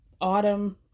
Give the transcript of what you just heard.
autumn